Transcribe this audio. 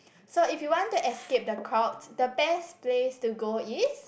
so if you want to escape the crowd the best place to go is